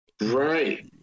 Right